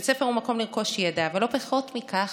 בית ספר הוא מקום לרכוש ידע, אבל לא פחות מכך,